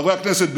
חברי הכנסת,